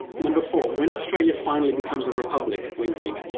number four, when australia finally becomes a republic, wink wink,